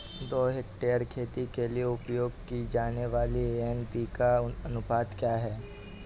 दो हेक्टेयर खेती के लिए उपयोग की जाने वाली एन.पी.के का अनुपात क्या है?